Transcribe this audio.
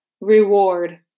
Reward